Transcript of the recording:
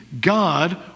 God